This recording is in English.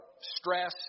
stress